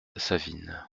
savine